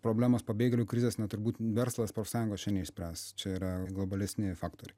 problemos pabėgėlių krizės na turbūt verslas profsąjungos čia neišspręs čia yra globalesni faktoriai